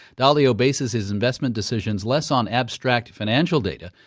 dalio bases his investment decisions less on abstract financial data,